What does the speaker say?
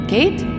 Kate